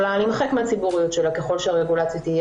יכולה להימחק מהציבוריות שלה ככל שהרגולציה תהיה